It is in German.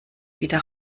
wieder